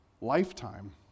lifetime